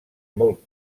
molt